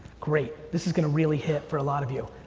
great. this is gonna really hit for a lot of you.